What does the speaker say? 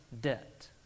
debt